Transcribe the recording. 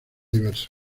diversos